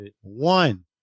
one